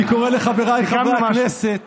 אני קורא לחבריי חברי הכנסת